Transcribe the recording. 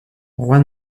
juan